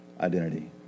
identity